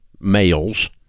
males